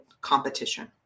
competition